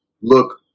look